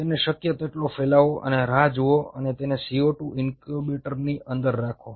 તેને શક્ય તેટલો ફેલાવો અને રાહ જુઓ અને તેને CO2 ઇન્ક્યુબેટરની અંદર રાખો